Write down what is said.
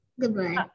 Goodbye